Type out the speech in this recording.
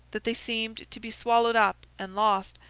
that they seemed to be swallowed up and lost,